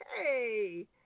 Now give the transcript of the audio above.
hey